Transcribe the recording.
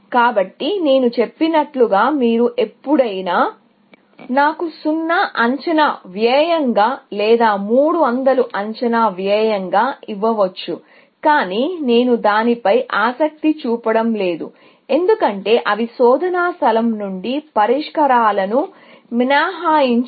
కాబట్టి నేను చెప్పినట్లుగా మీరు ఎప్పుడైనా నాకు 0 అంచనా వ్యయంగా లేదా 300 అంచనా వ్యయంగా ఇవ్వవచ్చు కాని నేను దానిపై ఆసక్తి చూపడం లేదు ఎందుకంటే అవి శోధన స్థలం నుండి పరిష్కారాలను మినహాయించవు